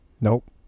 Nope